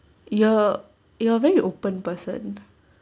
you're you are very open person